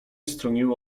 stroniły